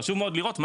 חשוב מאוד לראות,